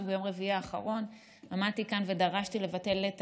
רק ביום רביעי האחרון עמדתי כאן ודרשתי לבטל את